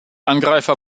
angreifer